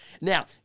Now